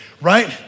right